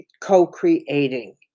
co-creating